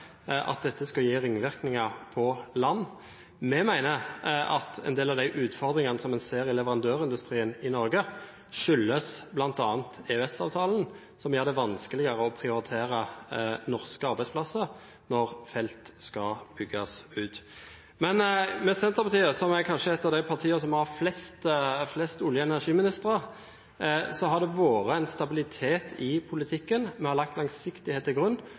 at dette skal gi ringvirkninger på land. Vi mener at en del av utfordringene man ser i leverandørindustrien i Norge, skyldes bl.a. EØS-avtalen, som gjør det vanskeligere å prioritere norske arbeidsplasser når felt skal bygges ut. Med Senterpartiet, som kanskje er ett av partiene som har hatt flest olje- og energiministre, har det vært en stabilitet i politikken. Vi har lagt langsiktighet til grunn,